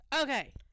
Okay